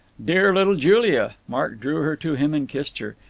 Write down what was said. dear little julia! mark drew her to him and kissed her.